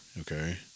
okay